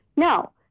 No